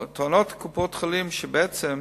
טוענות קופות-החולים שנכון